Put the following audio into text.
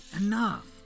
enough